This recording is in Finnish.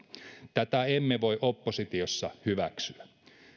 tätä emme voi oppositiossa hyväksyä